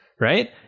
right